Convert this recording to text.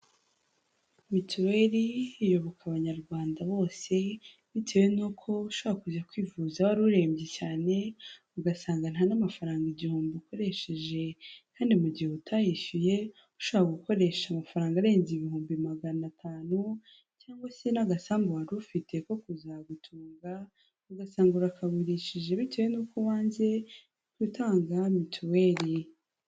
Mituweli iyoboka Abanyarwanda bose bitewe n'uko ushaka kujya kwivuza wari urembye cyane ugasanga nta n'amafaranga igihumbi ukoresheje, kandi mu gihe utayishyuye ushobora gukoresha amafaranga arenze ibihumbi magana atanu cyangwa se n'agasambu wari ufite ko kuzagutunga ugasanga urakagurishije bitewe n'uko wanze gutanga mituweli.